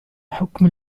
حكم